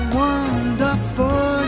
wonderful